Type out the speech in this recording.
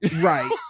right